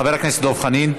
חבר הכנסת דב חנין.